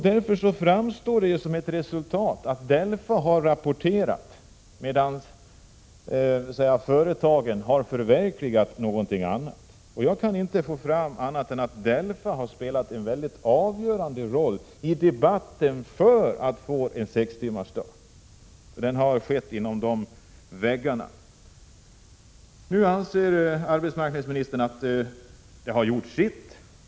Därför framstår det som om resultatet blivit att DELFA har rapporterat medan företagen förverkligat något annat. Jag kan inte komma fram till något annat än att DELFA har spelat en mycket avgörande roll i debatten när det gällt att få en sextimmarsdag. Debatten har skett inom dessa ramar. Arbetsmarknadsministern anser att DELFA har gjort sitt.